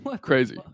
Crazy